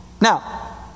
Now